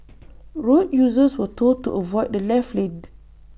road users were told to avoid the left lane